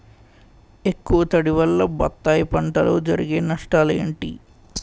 ఎక్కువ తడి వల్ల బత్తాయి పంటలో జరిగే నష్టాలేంటి?